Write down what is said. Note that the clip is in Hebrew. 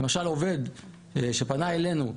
למשל עובד שפנה אלינו,